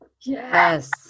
yes